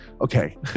Okay